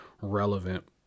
relevant